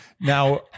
Now